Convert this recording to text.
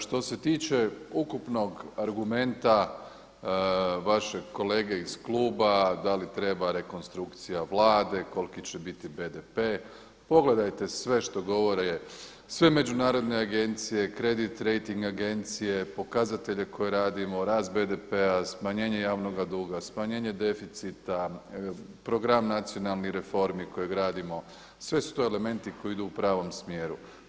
Što se tiče ukupnog argumenta vašeg kolege iz kluba da li treba rekonstrukcija Vlade, koliki će biti BDP, pogledajte sve što govore, sve međunarodne agencije, kredit rejting agencije, pokazatelje koje radimo, rast BDP-a, smanjenje javnoga duga, smanjenje deficita, program nacionalnih reformi koje gradimo, sve su to elementi koji idu u pravom smjeru.